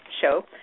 show